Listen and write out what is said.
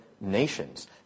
nations